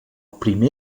primer